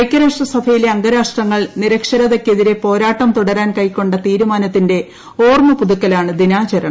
ഐകൃരാഷ്ട സഭയിലെ അംഗ രാഷ്ട്ര ങ്ങൾ നിരക്ഷരതയ്ക്കെതിര പോരാട്ടം തുടരാൻ കൈക്കൊണ്ട തീരമാന ത്തിന്റെ ഓർമ്മ പുതുക്കലാണ് ദിനാചരണം